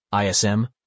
ISM